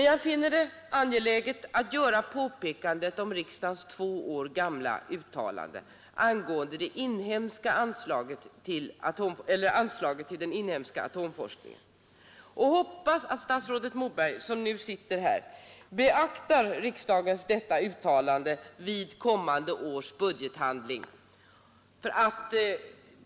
Jag finner det emellertid angeläget att göra påpekandet om riksdagens två år gamla uttalande angående anslaget till den inhemska atomforskningen och hoppas att statsrådet Moberg, som nu sitter här, beaktar detta riksdagens uttalande vid kommande års budgetbehandling.